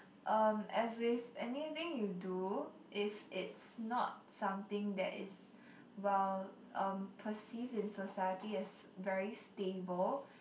um as with anything you do if it's not something that is well um perceived in society as very stable